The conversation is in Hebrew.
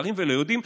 להרים ולהוריד.